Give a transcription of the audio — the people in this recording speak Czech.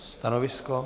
Stanovisko?